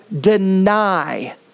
deny